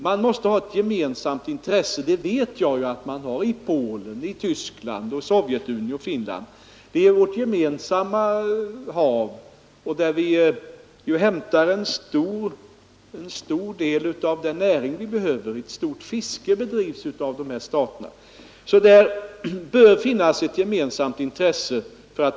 Man måste ha ett gemensamt intresse — och det vet jag att man har — i Polen, Tyskland, Sovjetunionen och Finland att åstadkomma förbättringar av Östersjön. Det är vårt gemensamma hav, där vi hämtar en stor del av den näring vi behöver. Ett omfattande fiske bedrivs ju av de här staterna i Östersjön.